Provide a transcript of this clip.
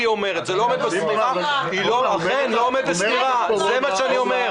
זה לא עומד בסתירה, וזה מה שאני אומר.